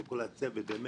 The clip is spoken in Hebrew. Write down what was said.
וכל הצוות.